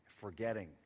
forgetting